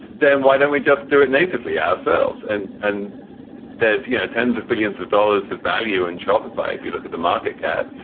then why don't we just do it natively ourselves? and and there's, you know, tens of billions of dollars of value in shopify. if you look at the market cap.